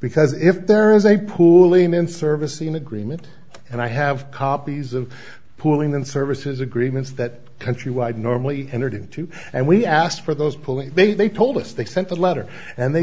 because if there is a poorly an in service an agreement and i have copies of pooling and services agreements that countrywide normally entered into and we asked for those police they told us they sent a letter and they